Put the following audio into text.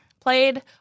played